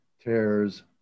tears